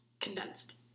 condensed